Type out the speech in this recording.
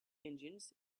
engines